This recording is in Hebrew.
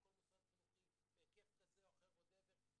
שלכל מוסד חינוכי בהיקף כזה או אחר יהיה